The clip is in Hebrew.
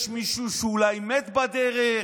יש מישהו שאולי מת בדרך,